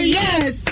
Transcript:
yes